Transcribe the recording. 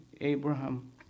Abraham